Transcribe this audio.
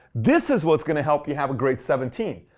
this is what's going to help you have a great seventeen.